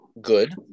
good